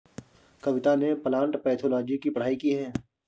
कविता ने plant pathology की पढ़ाई की है